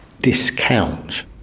discount